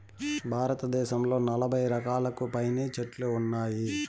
భారతదేశంలో నలబై రకాలకు పైనే చెట్లు ఉన్నాయి